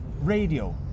Radio